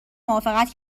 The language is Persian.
موافقت